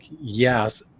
yes